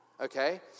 okay